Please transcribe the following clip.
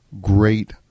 great